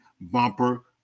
bumper